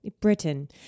Britain